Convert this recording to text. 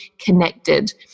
connected